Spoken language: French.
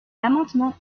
l’amendement